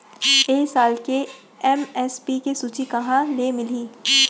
ए साल के एम.एस.पी के सूची कहाँ ले मिलही?